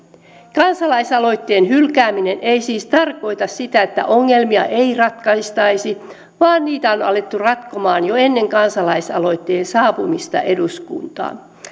kansalaisaloitteen hylkääminen ei siis tarkoita sitä että ongelmia ei ratkaistaisi vaan niitä on alettu ratkomaan jo ennen kansalaisaloitteen saapumista eduskuntaan